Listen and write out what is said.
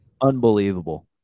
unbelievable